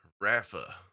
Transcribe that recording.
Rafa